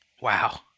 Wow